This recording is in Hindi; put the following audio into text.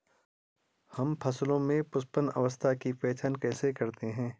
हम फसलों में पुष्पन अवस्था की पहचान कैसे करते हैं?